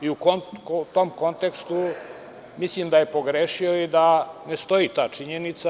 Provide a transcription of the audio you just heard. U tom kontekstu, mislim da je pogrešio i da ne stoji ta činjenica.